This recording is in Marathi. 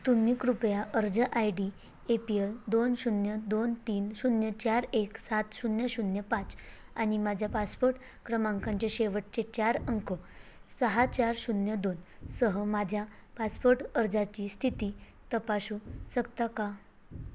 तुम्ही कृपया अर्ज I D A P L दोन शून्य दोन तीन शून्य चार एक सात शून्य शून्य पाच आणि माझ्या पासपोर्ट क्रमांकाचे शेवटचे चार अंक सहा चार शून्य दोनसह माझ्या पासपोर्ट अर्जाची स्थिती तपासू शकता का